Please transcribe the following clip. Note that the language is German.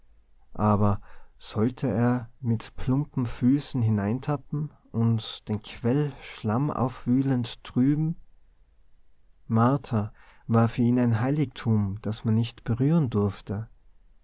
aber sollte er mit plumpen füßen hineintappen und den quell schlammaufwühlend trüben martha war für ihn ein heiligtum das man nicht berühren durfte